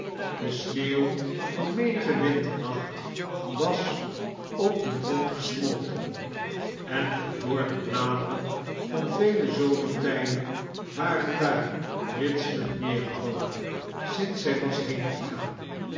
de sneeuiw van menigen winternacht was op dieia grond geemolteo de verdorde bladeren van vele zomertijden waren daar ritselemd meergevauem sinds zij was